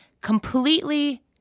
completely